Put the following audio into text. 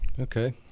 Okay